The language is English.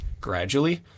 gradually